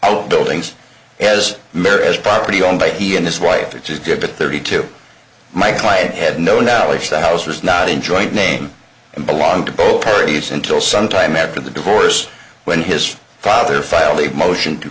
isle buildings has merit as property owned by he and his wife which is good for thirty two my client had no knowledge the house was not in joint name and belong to both parties until some time after the divorce when his father filed a motion to